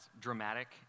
dramatic